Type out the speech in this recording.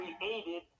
created